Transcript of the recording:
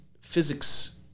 physics